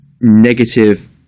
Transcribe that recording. negative